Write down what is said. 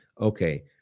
okay